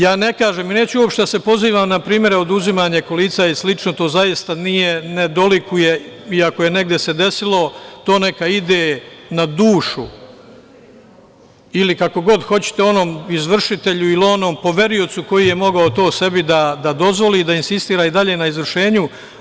Ja ne kažem i neću uopšte da se pozivam na primere oduzimanja kolica i slično, to zaista ne dolikuje, i ako se negde i desilo, to neka ide na dušu ili kako god hoćete, onom izvršitelju ili onom poveriocu koji je mogao to sebi da dozvoli i da insistira i dalje na izvršenju.